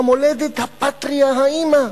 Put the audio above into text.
המולדת, ה"פאטריה", האמא,